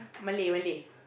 Malay Malay